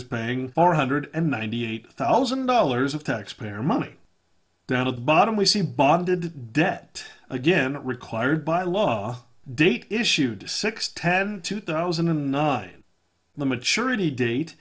is paying four hundred and ninety eight thousand dollars of taxpayer money down at the bottom we see bonded debt again required by law date issued six ten two thousand and nine the maturity date